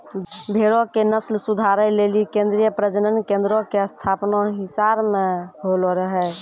भेड़ो के नस्ल सुधारै लेली केन्द्रीय प्रजनन केन्द्रो के स्थापना हिसार मे होलो रहै